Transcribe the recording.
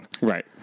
Right